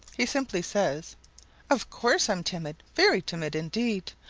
he simply says of course i'm timid, very timid indeed.